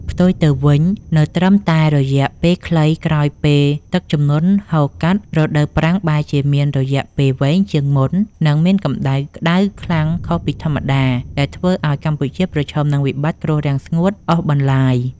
ផ្ទុយទៅវិញ នៅត្រឹមតែរយៈពេលខ្លីក្រោយពេលទឹកជំនន់ហូរកាត់ រដូវប្រាំងបែរជាមានរយៈពេលវែងជាងមុន និងមានកម្ដៅក្ដៅខ្លាំងខុសពីធម្មតា ដែលធ្វើឱ្យកម្ពុជាប្រឈមនឹងវិបត្តិគ្រោះរាំងស្ងួតអូសបន្លាយ។